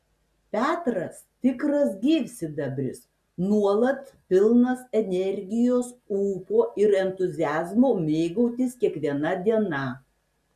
petras tikras gyvsidabris nuolat pilnas energijos ūpo ir entuziazmo mėgautis kiekviena diena